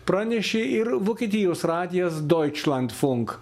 pranešė ir vokietijos radijas deutschlandfunk